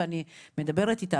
ואני מדבר איתה,